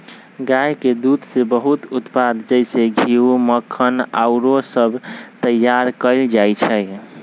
गाय के दूध से बहुते उत्पाद जइसे घीउ, मक्खन आउरो सभ तइयार कएल जाइ छइ